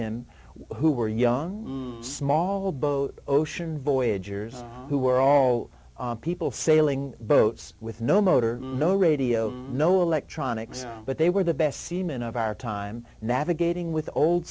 him who were young small boat ocean voyagers who were all people sailing boats with no motor no radio no electronics but they were the best seamen of our time navigating with